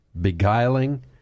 beguiling